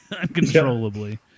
Uncontrollably